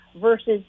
versus